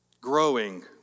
growing